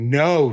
no